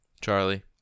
Charlie